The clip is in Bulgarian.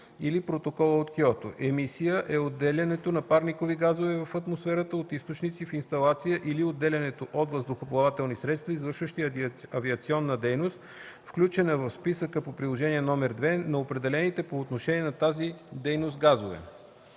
или Протокола от Киото. 17. „Емисия“ е отделянето на парникови газове в атмосферата от източници в инсталация или отделянето от въздухоплавателни средства, извършващи авиационна дейност, включена в списъка по приложение № 2, на определените по отношение на тази дейност газове.